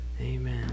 Amen